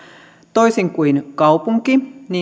toisin kuin kaupunki